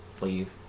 leave